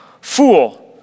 Fool